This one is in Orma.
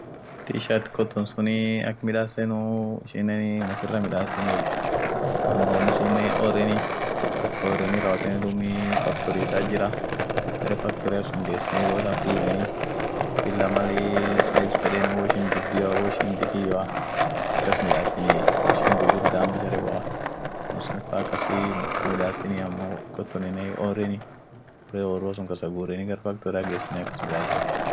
Makaasin, makasiin ak ishin huji midaasit, makaasin afaan lam kabdi. afaan lamaansuunen hinmureni mugu lachu hinmureni aminen mugu tuuninen afaan ishian litoa, duum ishi woin kutenie bare kubicho kas kaeteniit jira, hinkutenie ishi maatanen hichireteni, bare woyaanean hinkuteni won birian kutenie makasi. makasin huji biri hamtu kabdie akama inama kakarti.